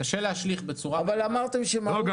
קשה להשליך בצורה ישירה --- אבל אמרתם שמהות